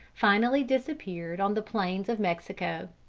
finally disappeared on the plains of mexico.